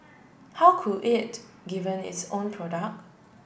how could it given its own product